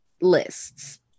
lists